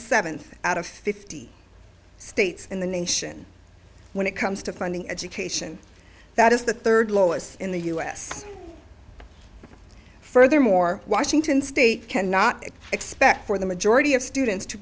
seventh out of fifty states in the nation when it comes to funding education that is the third lowest in the us furthermore washington state cannot expect for the majority of students to